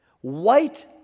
white